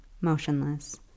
motionless